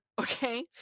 okay